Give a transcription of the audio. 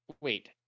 wait